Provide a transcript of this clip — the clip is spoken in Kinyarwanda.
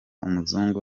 umuzungu